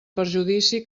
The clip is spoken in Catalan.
perjudici